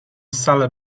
salę